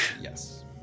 yes